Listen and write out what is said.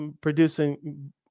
producing